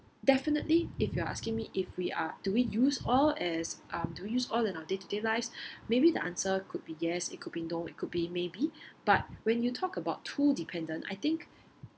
definitely if you are asking me if we are do we use oil as um do we use oil in our day to day lives maybe the answer could be yes it could be no it could be maybe but when you talk about too dependent I think